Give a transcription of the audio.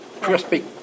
crispy